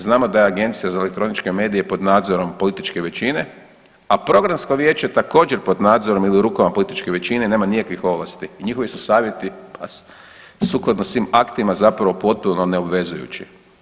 Znamo da je Agencija za elektroničke medije pod nadzorom političke većine, a programsko vijeće također pod nadzorom ili rukama političke većine nema nikakvih ovlasti i njihovi su savjeti pa sukladno svim aktima zapravo potpuno neobvezujući.